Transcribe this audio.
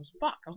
Fuck